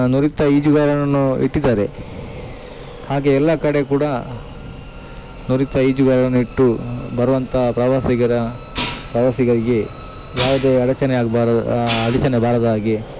ನುರಿತ್ತ ಈಜುಗಾರರನ್ನು ಇಟ್ಟಿದ್ದಾರೆ ಹಾಗೆ ಎಲ್ಲ ಕಡೆ ಕೂಡ ನುರಿತ ಈಜುಗಾರರನ್ನು ಇಟ್ಟು ಬರುವಂಥ ಪ್ರವಾಸಿಗರ ಪ್ರವಾಸಿಗಾಗಿ ಯಾವುದೇ ಅಡಚಣೆ ಆಗ್ಬಾರ್ ಅಡಚಣೆ ಬಾರದ ಹಾಗೆ